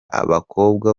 abakobwa